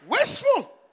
Wasteful